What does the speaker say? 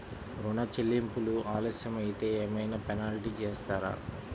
ఋణ చెల్లింపులు ఆలస్యం అయితే ఏమైన పెనాల్టీ వేస్తారా?